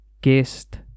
guest